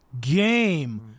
game